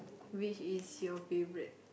which is your favourite